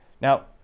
Now